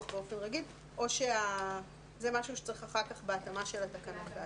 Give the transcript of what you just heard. באופן רגיל או שזה משהו שצריך לעשות אחר כך בהתאמה של התקנות.